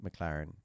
McLaren